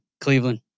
Cleveland